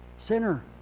Sinner